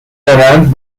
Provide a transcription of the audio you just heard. دارند